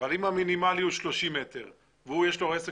אבל אם השטח המינימלי הוא 30 מטרים ויש לו רצף